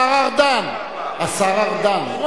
השר ארדן, השר ארדן, השר ארדן, השר ארדן.